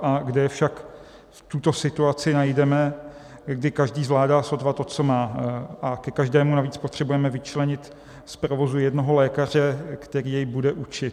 A kde je však v této situaci najdeme, kdy každý zvládá sotva to, co má, a ke každému navíc potřebujeme vyčlenit z provozu jednoho lékaře, který jej bude učit?